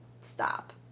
stop